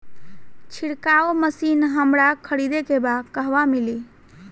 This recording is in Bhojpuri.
छिरकाव मशिन हमरा खरीदे के बा कहवा मिली?